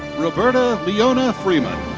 roberta leonna freeman.